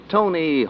Tony